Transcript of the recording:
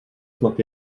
snad